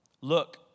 look